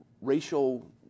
racial